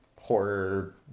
horror